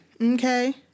Okay